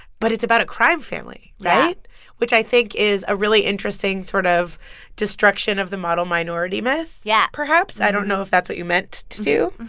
but it's about a crime family, right? yeah which i think is a really interesting sort of destruction of the model minority myth. yeah. perhaps i don't know if that's what you meant to do.